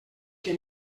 que